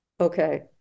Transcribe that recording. okay